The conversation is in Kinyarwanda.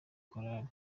korali